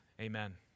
Amen